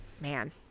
man